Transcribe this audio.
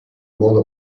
modo